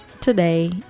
today